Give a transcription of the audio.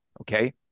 okay